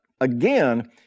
again